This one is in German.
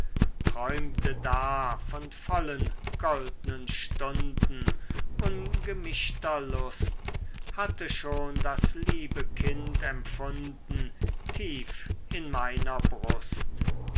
träumte da von vollen goldnen stunden ungemischter lust hatte schon das liebe kind empfunden tief in meiner brust